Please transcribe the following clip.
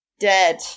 dead